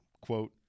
quote